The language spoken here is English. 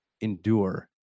endure